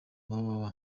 www